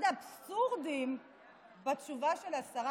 אחד האבסורדים בתשובה של השרה,